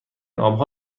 آبها